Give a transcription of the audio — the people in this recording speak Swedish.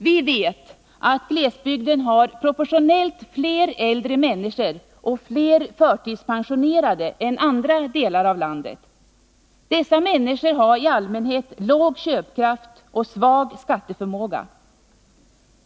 Vi vet att glesbygden har proportionellt sett fler äldre människor och fler förtidspensionerade än andra delar av landet. Dessa människor har i allmänhet dålig köpkraft och svag skatteförmåga.